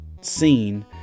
seen